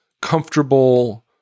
comfortable